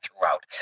throughout